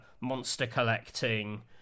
monster-collecting